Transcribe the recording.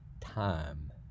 time